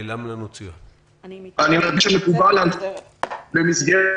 --- שמקובל במסגרת